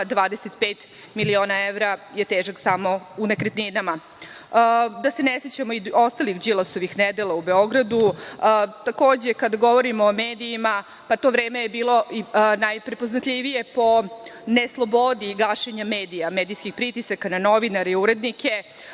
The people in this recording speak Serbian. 25 miliona evra je težak samo u nekretninama. Da se ne sećamo i ostalih Đilasovih nedela u Beogradu. Takođe, kada govorimo o medijima, to vreme je bilo i najprepoznatljivije po ne slobodi gašenja medija, medijskih pritisaka na novinare i urednike.